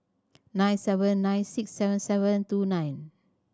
nine seven nine six seven seven two nine